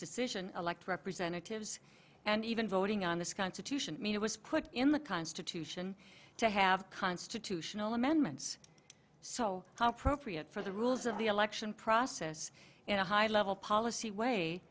decision elect representatives and even voting on this constitution mean it was put in the constitution to have constitutional amendments so how appropriate for the rules of the election process in a high level policy way